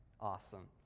Awesome